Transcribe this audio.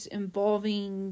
involving